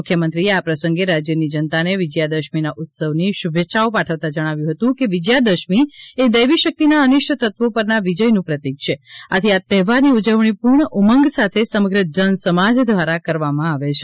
મુખ્યમંત્રીશ્રીએ આ પ્રસંગે રાજ્યની જનતાને વિજયાદશમીના ઉત્સવની શુભેચ્છાઓ પાઠવતાં જણાવ્યું હતું કે વિજયાદશમી એ દૈવી શક્તિના અનિષ્ટ તત્વો પરના વિજયનું પ્રતીક છે આથી આ તહેવારની ઉજવણી પૂર્ણ ઉમંગ સાથે સમગ્ર જનસમાજ દ્વારા કરવામાં આવે છે